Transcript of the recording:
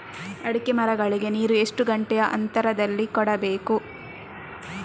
ಅಡಿಕೆ ಮರಗಳಿಗೆ ನೀರು ಎಷ್ಟು ಗಂಟೆಯ ಅಂತರದಲಿ ಕೊಡಬೇಕು?